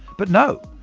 but, no.